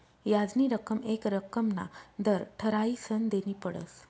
याजनी रक्कम येक रक्कमना दर ठरायीसन देनी पडस